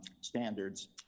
standards